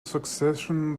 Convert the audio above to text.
succession